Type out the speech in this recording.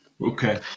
Okay